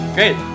Great